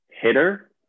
Hitter